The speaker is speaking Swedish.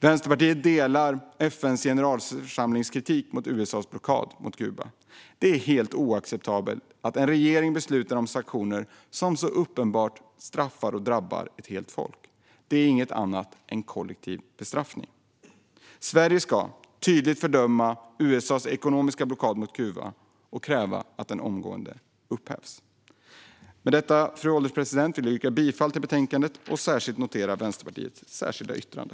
Vänsterpartiet delar FN:s generalförsamlings kritik mot USA:s blockad mot Kuba. Det är helt oacceptabelt att en regering beslutar om sanktioner som så uppenbart straffar och drabbar ett helt folk. Det är inget annat än kollektiv bestraffning. Sverige ska tydligt fördöma USA:s ekonomiska blockad mot Kuba och kräva att den omgående upphävs. Med detta, fru ålderspresident, vill jag yrka bifall till förslaget i betänkandet och särskilt notera Vänsterpartiets särskilda yttrande.